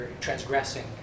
transgressing